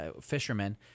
fishermen –